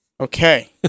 Okay